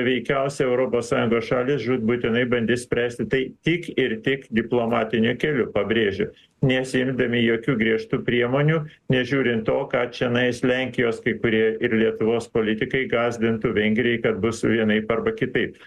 veikiausiai europos sąjungos šalys žūtbūtinai bandys spręsti tai tik ir tik diplomatiniu keliu pabrėžiu nesiimdami jokių griežtų priemonių nežiūrint to ką čianais lenkijos kai kurie ir lietuvos politikai gąsdintų vengrijai kad bus vienaip arba kitaip